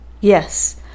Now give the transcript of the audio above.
Yes